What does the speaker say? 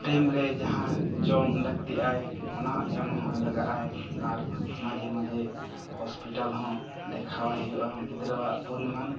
time ᱨᱮ ᱡᱟᱦᱟᱸ ᱡᱚᱢ ᱞᱟᱹᱠᱛᱤᱜᱼᱟ ᱚᱱᱟ ᱮᱢ ᱦᱚᱭ ᱞᱟᱜᱟᱜᱼᱟ ᱟᱨ ᱢᱟᱷᱮ ᱢᱟᱡᱷᱮ ᱦᱚᱥᱯᱤᱴᱟᱞ ᱦᱚᱸ ᱫᱮᱠᱷᱟᱣᱟᱭ ᱦᱩᱭᱩᱜᱼᱟ ᱜᱤᱫᱽᱨᱟᱹ ᱟᱜ ᱯᱚᱨᱤᱢᱟᱱ